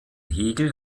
hegel